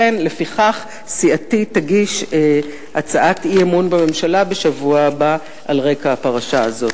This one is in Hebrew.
לפיכך סיעתי תגיש בשבוע הבא הצעת אי-אמון בממשלה על רקע הפרשה הזאת.